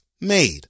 made